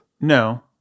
No